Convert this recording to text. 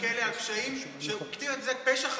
בכלא על פשעים, הוא הגדיר את זה פשע חמור.